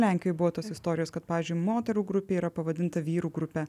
lenkijoj buvo tos istorijos kad pavyzdžiui moterų grupė yra pavadinta vyrų grupe